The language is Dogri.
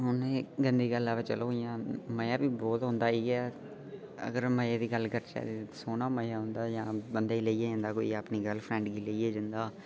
हून गन्दी गल्लै च चलो हून मजा बी बड़ा होंदा अगर मजे दी गल्ल करचै सोह्ना मजा औंदा बंदा लेई बी जंदा अपनी गर्लफ्रैंड गी लेइयै जंदा